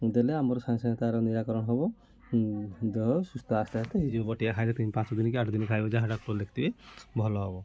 ଦେଲେ ଆମର ସାଙ୍ଗେ ସାଙ୍ଗେ ତା'ର ନିରାକରଣ ହେବ ଦେହ ସୁସ୍ଥ ଆସ୍ତେ ଆସ୍ତେ ହୋଇଯିବ ବଟିକା ଖାଇବ ପାଞ୍ଚ ଦିନ କି ଆଠ ଦିନ ଖାଇବ ଯାହା ଡାକ୍ତର ଲେଖିଥିବେ ଭଲ ହେବ